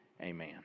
Amen